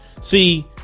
See